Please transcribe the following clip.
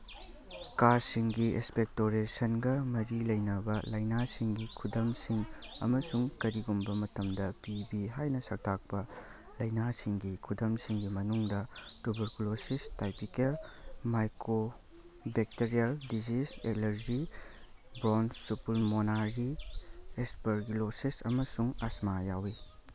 ꯀꯥꯁꯁꯤꯡꯒꯤ ꯑꯦꯛꯁꯄꯦꯇꯣꯔꯦꯁꯟꯒ ꯃꯔꯤ ꯂꯩꯅꯕ ꯂꯩꯅꯥꯁꯤꯡꯒꯤ ꯈꯨꯗꯝꯁꯤꯡ ꯑꯃꯁꯨꯡ ꯀꯔꯤꯒꯨꯝꯕ ꯃꯇꯝꯗ ꯄꯤ ꯕꯤ ꯍꯥꯏꯅ ꯁꯛꯇꯥꯛꯄ ꯂꯩꯅꯥꯁꯤꯡꯒꯤ ꯈꯨꯗꯝꯁꯤꯡꯒꯤ ꯃꯅꯨꯡꯗ tuberculosis typical mycobacterial disease allergy bronchopulmonary aspergillosis ꯑꯃꯁꯨꯡ ꯑꯁꯃꯥ ꯌꯥꯎꯋꯤ